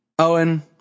Owen